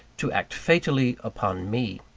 to act fatally upon me.